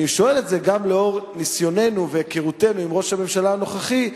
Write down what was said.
אני שואל את זה גם לאור ניסיוננו והיכרותנו עם ראש הממשלה הנוכחי,